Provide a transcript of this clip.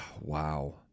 wow